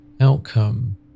outcome